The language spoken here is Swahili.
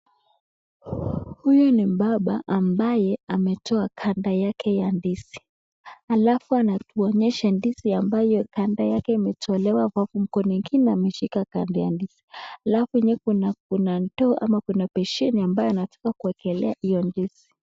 Huyu ni mbaba ambaye ametoa ganda yake ya ndizi, alafu anatuonyesha ndizi ambayo ganda yake imetolewa, kwa mkono ingine ameshika ganda ya ndizi, alafu kuna ndoo ama kuna besheni ambaye anataka kuwekelea hiyo ndizi.